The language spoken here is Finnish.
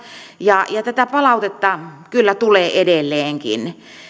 ja ja tätä palautetta kyllä tulee edelleenkin